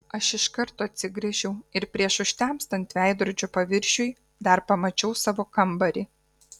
aš iš karto atsigręžiau ir prieš užtemstant veidrodžio paviršiui dar pamačiau savo kambarį